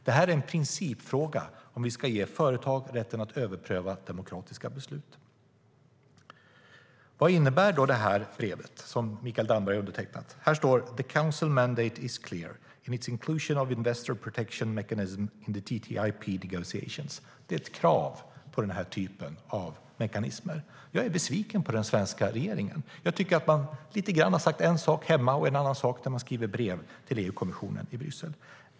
Det är en principfråga om vi ska ge företag rätten att överpröva demokratiska beslut. Jag är besviken på den svenska regeringen. Jag tycker att man har lite grann sagt en sak hemma och en annan sak när man skriver brev till EU-kommissionen i Bryssel.